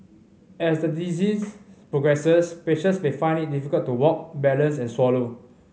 as the disease progresses patients may find it difficult to walk balance and swallow